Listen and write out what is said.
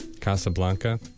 Casablanca